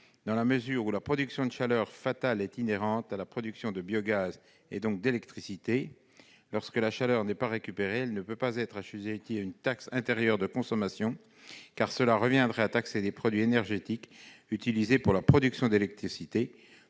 dans la mesure où la production de chaleur fatale est inhérente à la production de biogaz, donc d'électricité. Lorsque la chaleur n'est pas récupérée, elle ne peut pas être assujettie à une taxe intérieure de consommation, car cela reviendrait à taxer les produits énergétiques utilisés pour la production d'électricité,